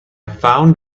found